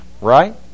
Right